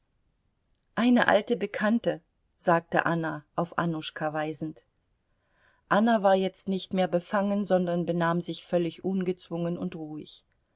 eine alte bekannte sagte anna auf annuschka weisend anna war jetzt nicht mehr befangen sondern benahm sich völlig ungezwungen und ruhig